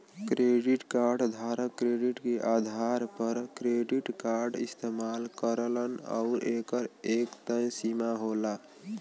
credit card धारक credit के आधार पर क्रेडिट कार्ड इस्तेमाल करलन आउर एकर एक तय सीमा होला